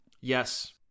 Yes